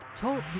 Talk